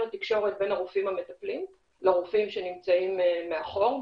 תקשורת בין הרופאים המטפלים לרופאים שנמצאים מאחור,